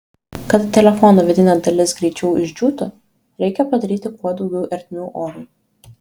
kad telefono vidinė dalis greičiau išdžiūtų reikia padaryti kuo daugiau ertmių orui